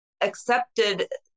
accepted